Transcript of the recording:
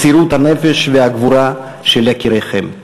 למסירות הנפש ולגבורה של יקיריכם.